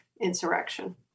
insurrection